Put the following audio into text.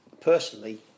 Personally